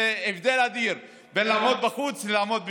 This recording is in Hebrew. זה הבדל אדיר בין לעמוד בחוץ לבין לעמוד בפנים.